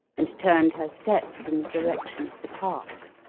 and turned her steps in the direction of the park